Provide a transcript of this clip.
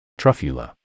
Truffula